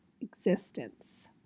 existence